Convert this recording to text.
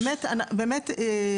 מה פירוש?